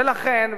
ולכן,